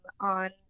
on